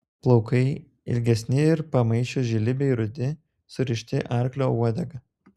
plaukai ilgesni ir pramaišiui žili bei rudi surišti arklio uodega